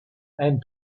and